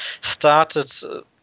started